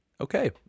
Okay